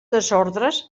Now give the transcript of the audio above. desordres